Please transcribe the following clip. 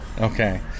Okay